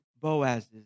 Boaz's